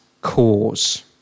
cause